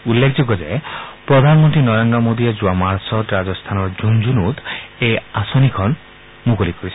উল্লেখযোগ্য যে প্ৰধানমন্ত্ৰী নৰেন্দ্ৰ মোডীয়ে যোৱা মাৰ্চত ৰাজস্থানৰ ঝুনঝুনুত এই আঁচনি মুকলি কৰিছিল